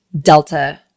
Delta